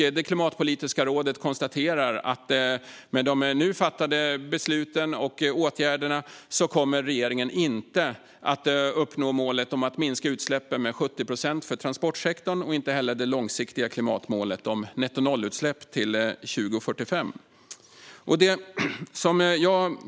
Klimatpolitiska rådet konstaterar att med de fattade beslut och de åtgärder som nu finns kommer regeringen inte att uppnå målet att minska utsläppen från transportsektorn med 70 procent och heller inte det långsiktiga klimatmålet med nettonollutsläpp till 2045. Fru talman!